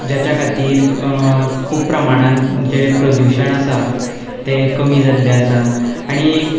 जाच्या खातीर खूब प्रमाणान जें प्रदुशण आसा तें कमी जाल्लें आसा आनी एक